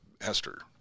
Hester